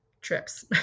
trips